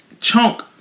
Chunk